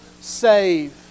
save